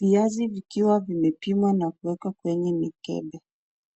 Viazi vikiwa vimepimwa na kuwekwa kwenye mikebe.